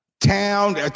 Town